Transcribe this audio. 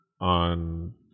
on